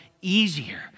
easier